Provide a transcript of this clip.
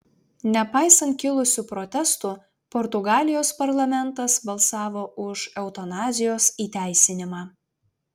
nepaisant kilusių protestų portugalijos parlamentas balsavo už eutanazijos įteisinimą